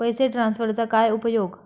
पैसे ट्रान्सफरचा काय उपयोग?